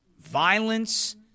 violence